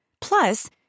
Plus